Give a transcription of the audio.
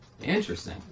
Interesting